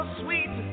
sweet